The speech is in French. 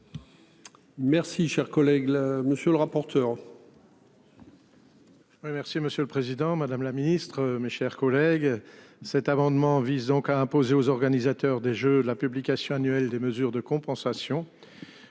Merci cher collègue là monsieur le rapporteur. Oui, merci monsieur le président, madame la ministre, mes chers collègues. Cet amendement vise donc à imposer aux organisateurs des Jeux la publication annuelle des mesures de compensation.